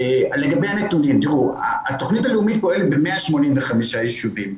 לגבי הנתונים, התכנית הלאומית פועלת ב-185 ישובים.